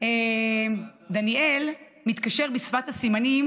דניאל מתקשר בשפת הסימנים,